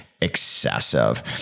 excessive